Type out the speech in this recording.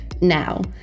Now